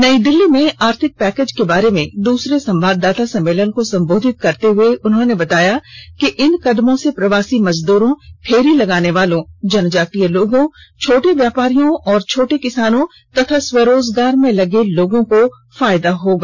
नई दिल्ली में आर्थिक पैकेज के बारे में दूसरे संवाददाता सम्मेलन को संबोधित करते हए उन्होंने बताया कि इन कदमों से प्रवासी मजद्रों फेरी लगाने वालों जनजातीय लोगों छोटे व्यापारियों और छोटे किसानों तथा स्व रोजगार में लगे लोगों को फायदा होगा